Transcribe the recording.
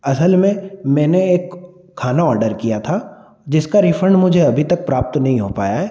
असल में मैंने एक खाना ऑर्डर किया था जिसका रिफंड मुझे अभी तक प्राप्त नहीं हो पाया है